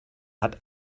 hat